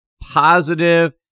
positive